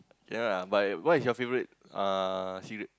yeah lah but what is your favourite uh cigarette